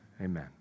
Amen